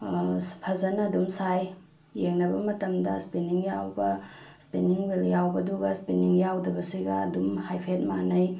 ꯐꯖꯅ ꯑꯗꯨꯝ ꯁꯥꯏ ꯌꯦꯡꯅꯕ ꯃꯇꯝꯗ ꯏꯁꯄꯤꯅꯤꯡ ꯌꯥꯎꯕ ꯏꯁꯄꯤꯅꯤꯡ ꯍꯨꯏꯜ ꯌꯥꯎꯕꯗꯨꯒ ꯏꯁꯄꯤꯅꯤꯡ ꯌꯥꯎꯗꯕꯁꯤꯒ ꯑꯗꯨꯝ ꯍꯥꯏꯐꯦꯠ ꯃꯥꯅꯩ